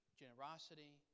generosity